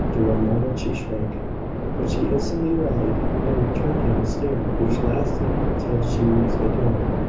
for one moment, she shrank but she instantly rallied, and returned him a stare which lasted till she reached the door.